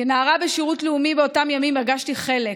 כנערה בשירות לאומי באותם ימים הרגשתי חלק.